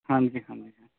ਹਾਂਜੀ ਹਾਂਜੀ ਹਾਂ